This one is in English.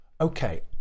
okay